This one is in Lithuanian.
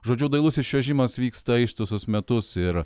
žodžiu dailusis čiuožimas vyksta ištisus metus ir